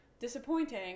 disappointing